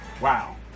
Wow